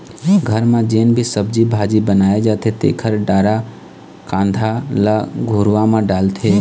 घर म जेन भी सब्जी भाजी बनाए जाथे तेखर डारा खांधा ल घुरूवा म डालथे